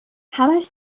همش